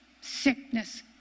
Sickness